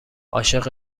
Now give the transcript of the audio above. عاشق